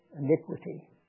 iniquity